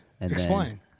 explain